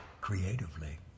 creatively